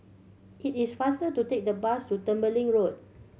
it is faster to take the bus to Tembeling Road